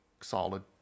solid